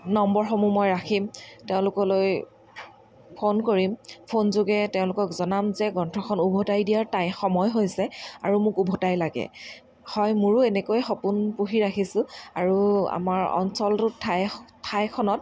নম্বৰসমূহ মই ৰাখিম তেওঁলোকলৈ ফোন কৰিম ফোন যোগে তেওঁলোকক জনাম যে গ্ৰন্থখন ওভতাই দিয়াৰ টাই সময় হৈছে আৰু মোক ওভতাই লাগে হয় মোৰো এনেকৈ সপোন পুহি ৰাখিছোঁ আৰু আমাৰ অঞ্চলটোৰ ঠাই ঠাইখনত